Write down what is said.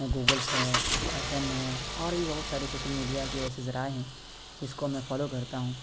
goggles ہے ایف ایم ہے اور بھی بہت سارے سوشل میڈیا کے ایسے ذرائع ہیں جس کو میں فالو کرتا ہوں